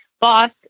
boss